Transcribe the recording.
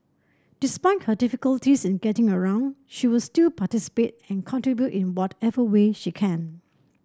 despite her difficulties in getting around she will still participate and contribute in whatever way she can